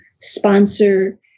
sponsor